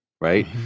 right